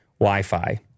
Wi-Fi